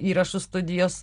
įrašų studijos